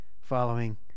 following